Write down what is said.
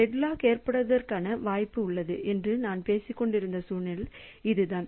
முட்டுக்கட்டை ஏற்படுவதற்கான வாய்ப்பு உள்ளது என்று நான் பேசிக் கொண்டிருந்த சூழ்நிலை இதுதான்